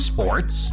Sports